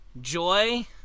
joy